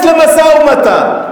הוא ייכנס למשא-ומתן,